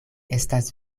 estas